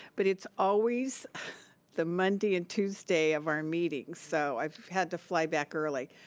but it's always the monday and tuesday of our meetings, so i've had to fly back early,